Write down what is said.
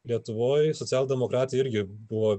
lietuvoj socialdemokratai irgi buvo